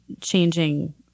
changing